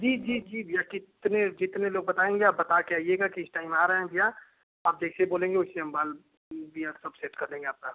जी जी जी भैया कितने जितने लोग बताएंगे आप बता के आइएगा कि इस टाइम आ रहे हैं भैया आप जैसे बोलेंगे वैसे हम बाल भैया सब सेट कर देंगे आपका